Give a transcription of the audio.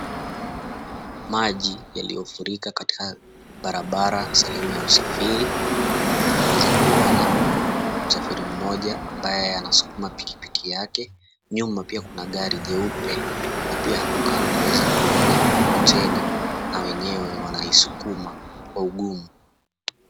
Maji yaliyofurika katika barabara sehemu ya usafiri. Tunaweza kuona msafiri mmoja ambaye anasukuma pikipiki yake, nyuma pia kuna gari jeupe na pia hapo kando twaweza kuona mikokoteni na wenyewe wanaisukuma kwa ugumu.